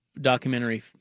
documentary